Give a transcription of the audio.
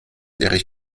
erich